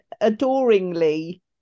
adoringly